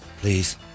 Please